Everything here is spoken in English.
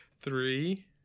three